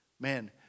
man